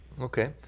Okay